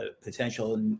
potential